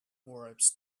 words